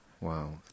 wow